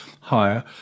higher